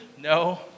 No